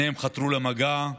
שניהם חתרו למגע,